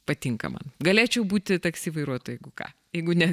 patinkama man galėčiau būti taksi vairuotoju jeigu ką jeigu ne